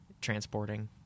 transporting